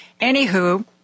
Anywho